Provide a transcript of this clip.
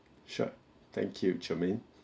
sure thank you jermaine